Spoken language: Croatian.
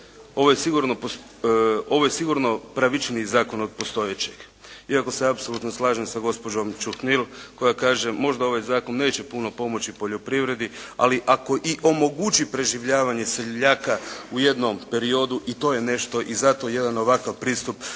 Ovo je sigurno pravičniji zakon od postojećeg, iako se ja apsolutno slažem sa gospođom Ćuhnil koja kaže možda ovaj zakon neće puno pomoći poljoprivredi ali ako i omogućiti preživljavanje seljaka u jednom periodu i to je nešto i zato jedan ovakav pristup